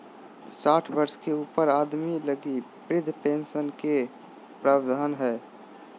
साठ वर्ष के ऊपर आदमी लगी वृद्ध पेंशन के प्रवधान हइ